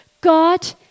God